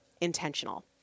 intentional